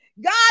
God